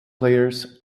players